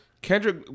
Kendrick